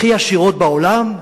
הכי עשירות בעולם,